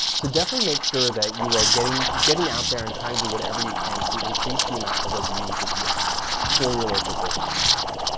so definitely make sure that you are getting getting out there and trying to do whatever you can to increase the amount of reviews that you have for your local business online.